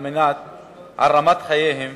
על רמת איכות חייהם